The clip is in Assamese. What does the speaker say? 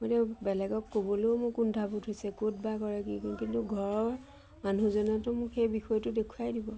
মই দিয়ক বেলেগক ক'বলেও মোৰ কুণ্ঠাবোধ হৈছে ক'ত বা কৰে কি কৰোঁ কিন্তু ঘৰৰ মানুহজনেতো মোক সেই বিষয়টো দেখুৱাই দিব